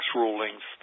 rulings